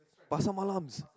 pasar malams